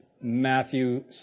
Matthew